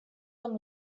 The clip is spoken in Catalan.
amb